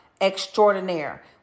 extraordinaire